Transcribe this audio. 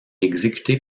exécuté